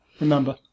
Remember